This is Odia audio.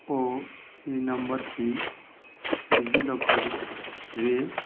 ଓ ଏହି ନମ୍ବରଟି ଡି ଜି ଲକର୍ ରେ